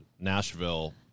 nashville